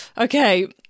Okay